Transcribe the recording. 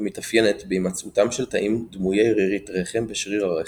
המתאפיינת בהימצאותם של תאים דמויי רירית רחם בשריר הרחם,